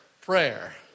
prayer